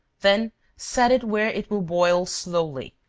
then set it where it will boil slowly,